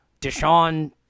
Deshaun –